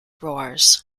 wars